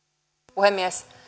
puhemies